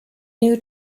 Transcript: new